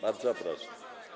Bardzo proszę.